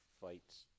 fights